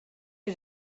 you